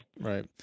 Right